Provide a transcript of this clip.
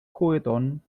juguetón